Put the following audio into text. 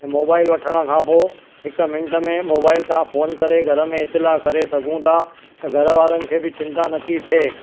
mobile वठण खां पोइ हिकु मिंट में मोबाइल था फ़ोन करे घर में इतिलाउ करे सघूं था तव्हां घर वारनि खे बि चिंता नथी थिए